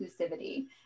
inclusivity